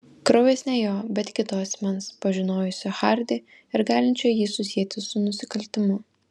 kraujas ne jo bet kito asmens pažinojusio hardį ir galinčio jį susieti su nusikaltimu